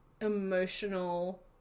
emotional